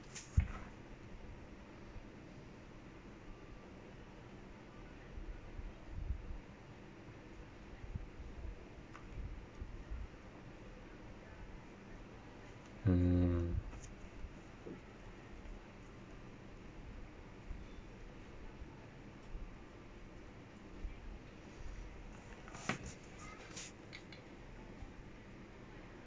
hmm